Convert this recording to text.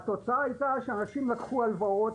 התוצאה הייתה שאנשים לקחו הלוואות,